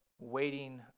waiting